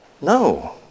No